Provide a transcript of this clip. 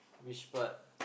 which part